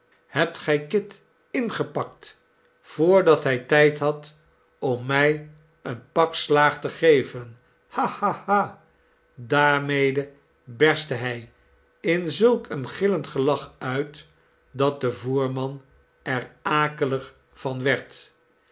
hebt gij kit ingepakt voordat hij tijd had om mij een pak slaag te geven ha ha ha daarmede berstte hij in zulk een gillend gelach uit dat de voerman er akelig van werd